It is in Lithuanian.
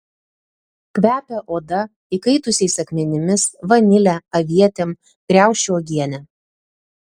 kvepia oda įkaitusiais akmenimis vanile avietėm kriaušių uogiene